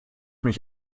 mich